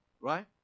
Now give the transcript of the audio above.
Right